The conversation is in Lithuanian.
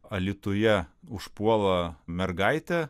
alytuje užpuola mergaitę